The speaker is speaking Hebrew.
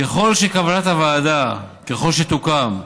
ככל שכוונת הוועדה, ככל שתוקם,